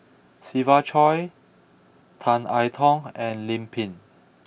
Siva Choy Tan I Tong and Lim Pin